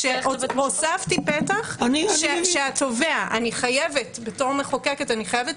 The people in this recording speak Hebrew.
כשהוספתי פתח שהתובע בתור מחוקקת אני חייבת